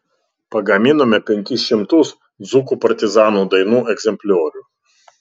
pagaminome penkis šimtus dzūkų partizanų dainų egzempliorių